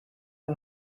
the